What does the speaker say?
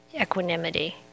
equanimity